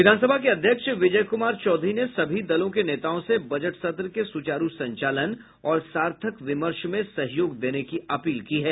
विधानसभा के अध्यक्ष विजय कुमार चौधरी ने सभी दलों के नेताओं से बजट सत्र के सुचारू संचालन और सार्थक विमर्श में सहयोग देने की अपील की है